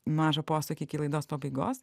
mažą posakį iki laidos pabaigos